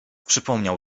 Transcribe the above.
przypomniał